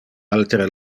altere